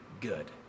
good